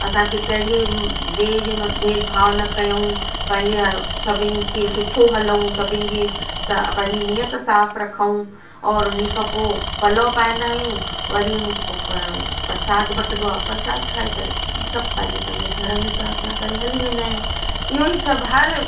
असांखे कंहिंजे ॿिए जे भेदभाव न कयूं पंहिंजे सभिनि खे सुठो हलूं सभिनि जी स पंहिंजी नीयत साफ़ रखूं और उन खां पोइ पलउ पाईंदा आहियूं वरी उन खां पोइ पर परसाद बटंदो आहे परसाद खाई करे सब पंहिंजे पंहिंजे घर में प्रार्थना करे हली वेंदा आहिनि इहो ई सभु हर